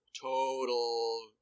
Total